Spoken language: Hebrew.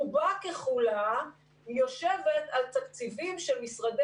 רובה ככולה יושבת על תקציבים של משרדי